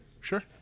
Sure